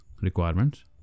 requirements